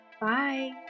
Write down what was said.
Bye